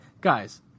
Guys